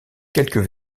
quelques